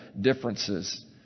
differences